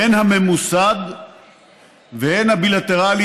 הן הממוסד והן הבילטרלי,